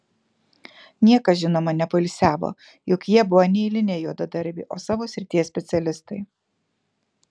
niekas žinoma nepoilsiavo juk jie buvo ne eiliniai juodadarbiai o savo srities specialistai